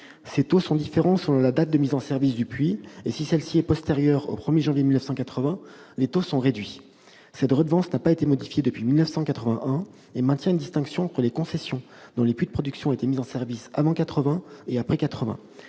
Ces taux sont différents selon la date de mise en service du puits. Si celle-ci est postérieure au 1janvier 1980, les taux sont réduits. Cette redevance n'a pas été modifiée depuis 1981 et maintient une distinction entre les concessions dont les puits de production ont été mis en service avant 1980 et ceux qui